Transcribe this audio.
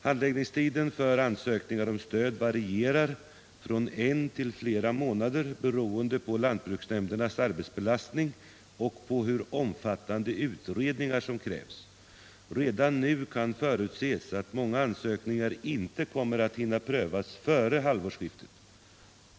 Handläggningstiden för ansökningar om stöd varierar från en till flera månader beroende på lantbruksnämndernas arbetsbelastning och på hur omfattande utredningar som krävs. Redan nu kan förutses att många ansökningar inte kommer att hinna prövas före halvårsskiftet.